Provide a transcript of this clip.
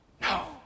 no